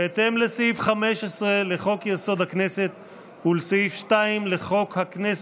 בהתאם לסעיף 15 לחוק-יסוד: הכנסת ולסעיף 2 לחוק הכנסת,